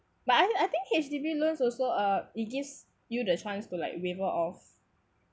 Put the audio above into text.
but I I think H_D_B loans also uh it gives you the chance to like waiver of